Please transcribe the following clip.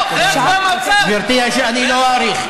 אני לא אאריך.